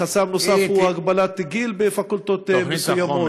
חסם נוסף הוא הגבלת גיל בפקולטות מסוימות.